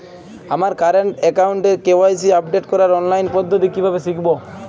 আমার কারেন্ট অ্যাকাউন্টের KYC update করার অনলাইন পদ্ধতি কীভাবে শিখব?